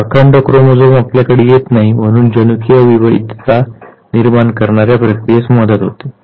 तर अखंड क्रोमोझोम आपल्याकडे येत नाही आणि म्हणून जनुकीय विविधता निर्माण करणाऱ्या प्रक्रियेस मदत होते